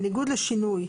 בניגוד לשינוי,